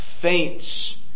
faints